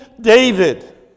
david